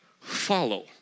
follow